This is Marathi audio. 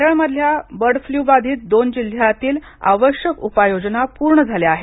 केरळमधल्या बर्ड फ्ल्यू बाधित दोन जिल्ह्यातील आवश्यक उपाययोजना पूर्ण झाल्या आहेत